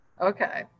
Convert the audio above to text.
Okay